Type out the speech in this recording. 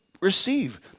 receive